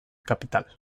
capital